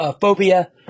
phobia